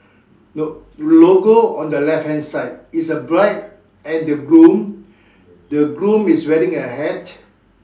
nope logo on the left hand side is a bride and the groom the groom is wearing a hat